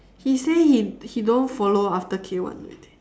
he say he he don't follow after k-one already